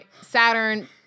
Saturn